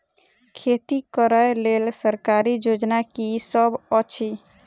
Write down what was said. खेती करै लेल सरकारी योजना की सब अछि?